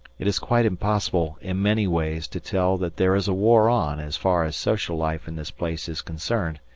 it is quite impossible in many ways to tell that there is a war on as far as social life in this place is concerned.